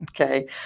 Okay